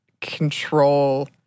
control